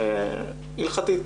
הלכתית.